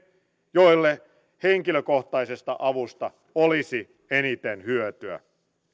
joille henkilökohtaisesta avusta olisi eniten hyötyä